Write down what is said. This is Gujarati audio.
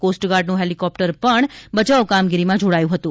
કોસ્ટગાર્ડનું હેલિકોપ્ટર પણ બચાવ કામગીરિમાં જોડાયું હતું